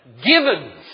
givens